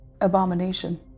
abomination